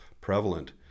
prevalent